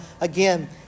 again